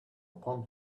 upon